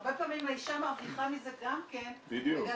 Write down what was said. הרבה פעמים האישה מרוויחה מזה גם כן בגלל